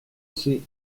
sais